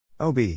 OB